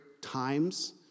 times